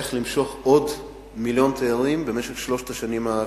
איך למשוך עוד מיליון תיירים במשך שלוש השנים הקרובות.